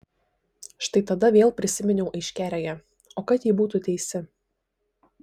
štai tada vėl prisiminiau aiškiaregę o kad ji būtų teisi